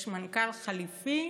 יש מנכ"ל חליפי,